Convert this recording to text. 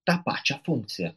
tą pačią funkciją